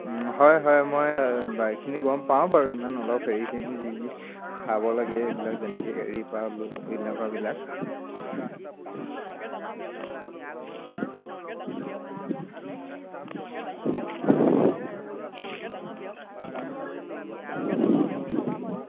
হয় হয় মই বাকীখিনি গম পাওঁ বাৰু ইমান অলপ হেৰিখিনি যি যি খাব লাগে এইবিলাক যেনেকৈ এড়ী পালু এনেকুৱাবিলাক